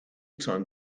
time